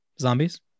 zombies